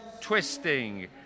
twisting